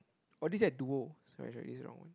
what do you say at dual sorry sorry is it wrong one